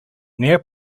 near